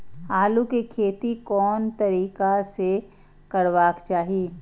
आलु के खेती कोन तरीका से करबाक चाही?